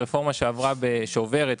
ברפורמה שעוברת,